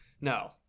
no